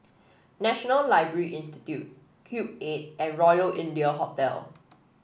National Library Institute Cube Eight and Royal India Hotel